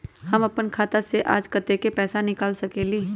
हम अपन खाता से आज कतेक पैसा निकाल सकेली?